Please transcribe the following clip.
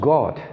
God